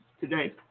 today